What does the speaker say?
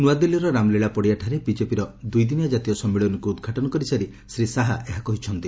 ନୂଆଦିଲ୍ଲୀର ରାମଲୀଳା ପଡ଼ିଆଠାରେ ବିଜେପିର ଦୁଇ ଦିନିଆ ଜାତୀୟ ସମ୍ମିଳନୀକୁ ଉଦ୍ଘାଟନ କରିସାରି ଶ୍ରୀ ଶାହା ଏହା କହିଛନ୍ତି